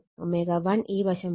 ω1 ഈ വശമാണ്